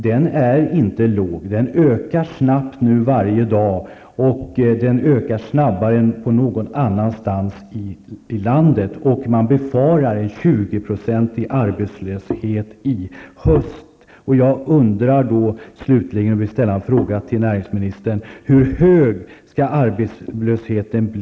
Den är inte låg, utan den ökar snabbt varje dag och ökar snabbare än någon annanstans i landet. Man befarar en arbetslöshet på